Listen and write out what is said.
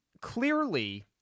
clearly